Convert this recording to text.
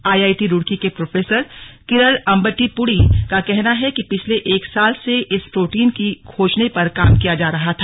IIT Roorkee के professor Kiran Ambatipudi का कहना है पिछले एक साल से इस प्रोटीन की खोजने पर काम किया जा रहा है